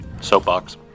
Soapbox